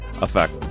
effect